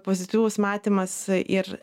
pozityvus matymas ir